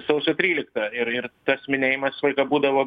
sausio tryliktą ir ir tas minėjimas visą laiką būdavo